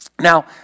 Now